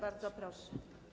Bardzo proszę.